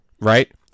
right